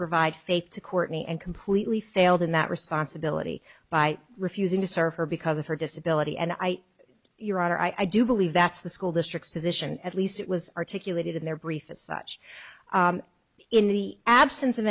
provide faith to courtney and completely failed in that responsibility by refusing to serve her because of her disability and i your honor i do believe that's the school district's position at least it was articulated in their brief as such in the absence of